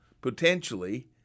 potentially